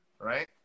Right